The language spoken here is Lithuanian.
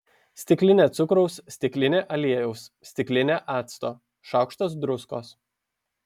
stiklinė cukraus stiklinė aliejaus stiklinė acto šaukštas druskos